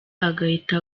agahita